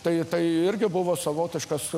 tai tai irgi buvo savotiškas